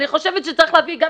אני יודע, רואה את